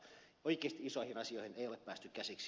oikeasti isoihin asioihin ei ole päästy käsiksi